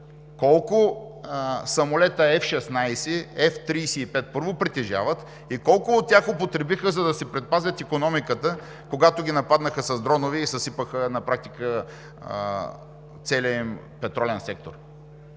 Колко самолета F-16 и F-35 – първо, притежават и колко от тях употребиха, за да си предпазят икономиката, когато ги нападнаха с дронове и съсипаха на практика целия им петролен сектор?